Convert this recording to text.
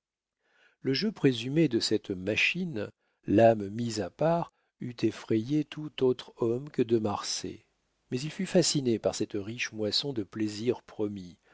le jeu présumé de cette machine l'âme mise à part eût effrayé tout autre homme que de marsay mais il fut fasciné par cette riche moisson de plaisirs promis